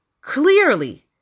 clearly